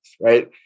right